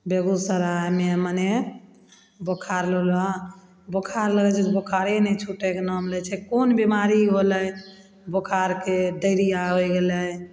बेगूसरायमे मने बोखार बोखार लगय छै तऽ बोखारे नहि छूटयके नाम लै छै कोन बीमारी होलय बोखारके डायरिया होइ गेलय